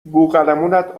بوقلمونت